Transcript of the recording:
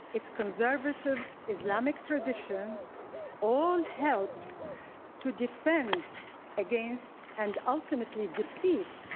its conservative islamic tradition all helped to defend against, and ultimately defeat,